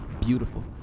beautiful